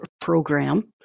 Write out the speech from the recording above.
program